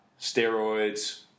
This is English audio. steroids